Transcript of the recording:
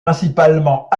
principalement